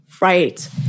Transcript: Right